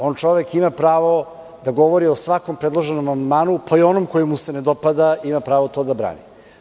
On ima pravo da govori o svakom predloženom amandmanu, pa i o onom koji mu se ne dopada, i ima pravo to da brani.